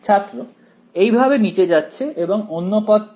ছাত্র এই ভাবে নিচে যাচ্ছে এবং অন্য পদটি